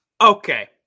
Okay